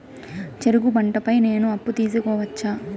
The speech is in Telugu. చెరుకు పంట పై నేను అప్పు తీసుకోవచ్చా?